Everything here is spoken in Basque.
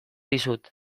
dizut